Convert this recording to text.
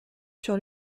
sur